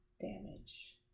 damage